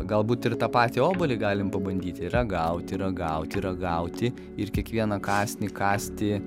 galbūt ir tą patį obuolį galim pabandyti ragauti ragauti ragauti ir kiekvieną kąsnį kąsti